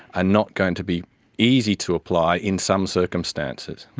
ah not going to be easy to apply in some circumstances.